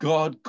God